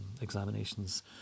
examinations